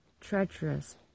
treacherous